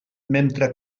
mentre